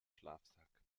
schlafsack